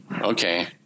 Okay